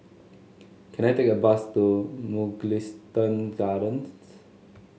can I take a bus to Mugliston Gardens